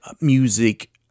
music